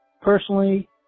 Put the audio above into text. Personally